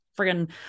friggin